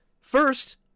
First